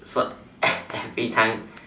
for every time